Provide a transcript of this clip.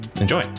Enjoy